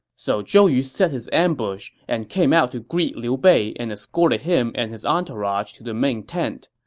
so zhou yu set his ambush and came out to greet liu bei and escorted him and his entourage to the main tent.